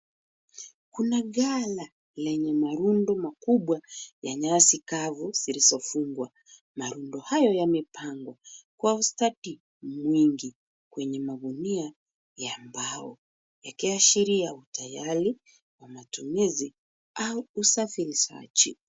Kuna gala lenye marundo makubwa ya nyasi kavu zilizofungwa. Marundo hayo yamepnagwa kwa ustadi mwingi kwenye magunia ya mbao yakiashiria utayari wa matumizi au usafirishaji.